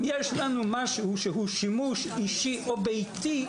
אם יש לנו משהו שהוא שימוש אישי או ביתי,